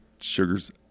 sugars